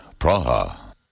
Praha